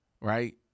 right